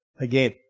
again